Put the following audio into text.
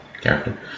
character